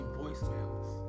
voicemails